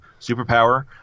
superpower